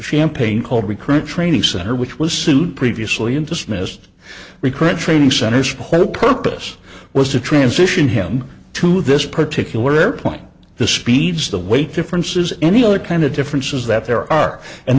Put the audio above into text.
champagne called recruit training center which was sued previously and dismissed recurrent training centers for hope purpose was to transition him to this particular airplane the speeds the weight differences any other kind of differences that there are and